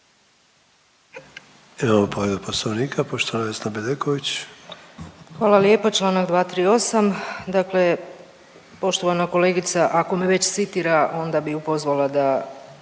Hvala lijepo. Čl. 238. Dakle poštovana kolegica, ako me već citira onda bi ju pozvala da